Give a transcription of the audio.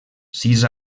sis